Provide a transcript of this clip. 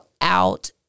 out